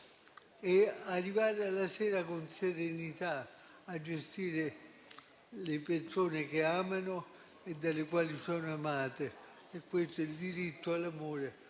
e arrivare alla sera con serenità a gestire le persone che amano e dalle quali sono amate. Il diritto all'amore